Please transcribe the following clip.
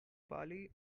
bali